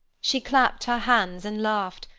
she clapped her hands and laughed,